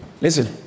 Listen